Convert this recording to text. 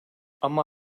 ama